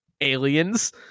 aliens